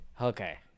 Okay